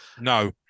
No